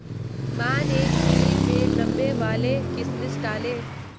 माँ ने खीर में लंबे वाले किशमिश डाले